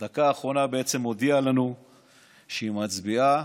ובדקה האחרונה הודיעה לנו שהיא מצביעה